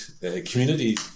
community